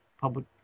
public